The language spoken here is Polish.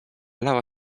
lała